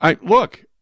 Look